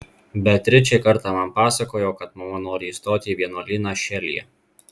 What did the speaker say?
beatričė kartą man pasakojo kad mama nori įstoti į vienuolyną šelyje